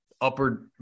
upper